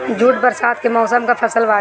jute बरसात के मौसम कअ फसल बाटे